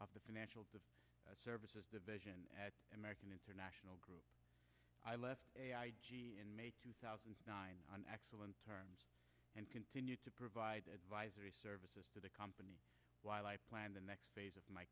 of the financial services division at american international group i left in may two thousand and nine on excellent terms and continue to provide advisory services to the company while i plan the next phase of my